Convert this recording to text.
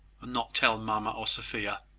and not tell mamma or sophia,